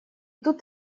тут